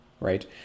right